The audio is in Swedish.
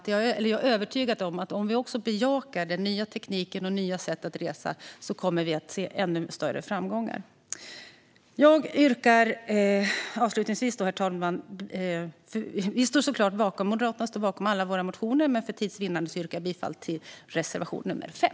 Jag är övertygad om att om vi bejakar ny teknik och nya sätt att resa kommer vi att se ännu större framgångar. Avslutningsvis står vi i Moderaterna bakom alla våra motioner, men för tids vinnande yrkar jag bifall endast till reservation 5.